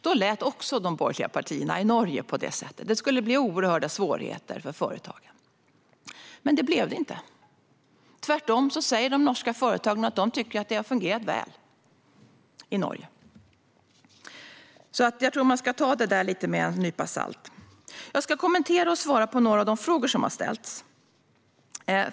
Då lät också de borgerliga partierna i Norge på det sättet. Det skulle bli oerhörda svårigheter för företagen. Men det blev det inte. Tvärtom säger de norska företagen att de tycker att det har fungerat väl i Norge. Jag tror att man ska ta det lite med en nypa salt. Jag ska kommentera och svara på några av de frågor som har ställts.